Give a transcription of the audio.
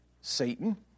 Satan